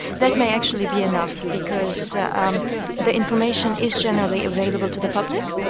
that may actually be enough because um the information is generally available to the public,